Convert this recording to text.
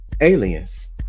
aliens